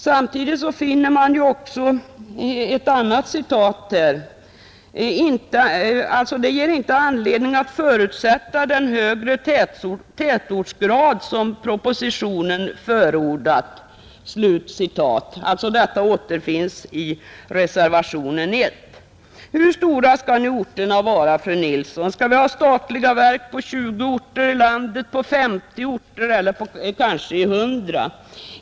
Samtidigt står det i reservationen 1: ”Det finns emellertid inte anledning att som krav härvid förutsätta den högre tätortsgrad, som propositionen i huvudsak förordat.” Hur stora skall orterna vara, fru Nilsson? Skall vi ha statliga verk på 20 orter i landet, på 50 orter eller kanske 100?